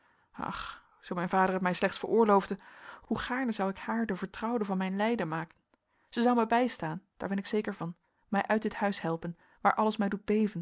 zoo mijn vader het mij slechts veroorloofde hoe gaarne zou ik haar de vertrouwde van mijn lijden maken zij zou mij bijstaan daar ben ik zeker van mij uit dit huis helpen waar alles mij doet